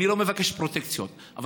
אני לא מבקש פרוטקציות, תודה.